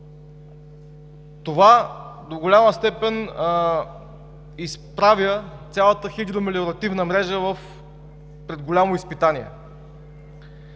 Това до голяма степен изправя цялата хидромелиоративна мрежа пред голямо изпитание.